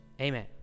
amen